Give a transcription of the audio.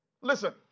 Listen